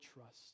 trust